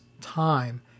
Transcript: time